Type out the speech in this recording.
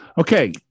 okay